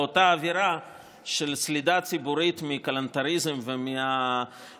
באותה אווירה של סלידה ציבורית מכלנתריזם ומהמכירה